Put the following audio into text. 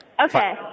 Okay